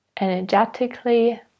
energetically